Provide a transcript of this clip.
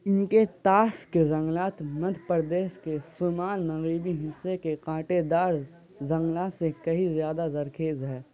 ان کے طاس کے جنگلات مدھیہ پردیش کے شمال مغربی حصے کے کانٹے دار جنگلات سے کہیں زیادہ زرخیز ہے